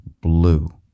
Blue